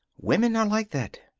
women are like that.